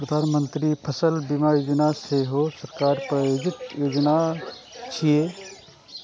प्रधानमंत्री फसल बीमा योजना सेहो सरकार प्रायोजित योजना छियै